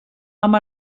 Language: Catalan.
amb